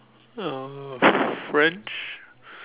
uh French